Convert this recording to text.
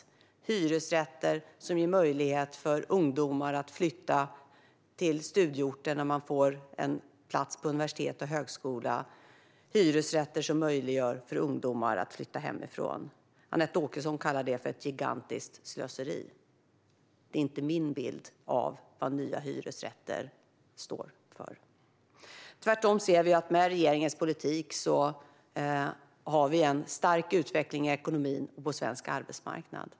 Det är hyresrätter som ger ungdomar möjlighet att flytta till studieorten när de får en plats på universitet och högskola och som möjliggör för ungdomar att flytta hemifrån. Anette Åkesson kallar det ett gigantiskt slöseri. Det är inte min bild av vad nya hyresrätter innebär. Tvärtom ser vi att vi med regeringens politik har en stark utveckling i ekonomin och på svensk arbetsmarknad.